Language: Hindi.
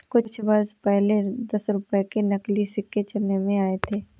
कुछ वर्ष पहले दस रुपये के नकली सिक्के चलन में आये थे